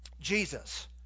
Jesus